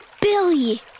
Billy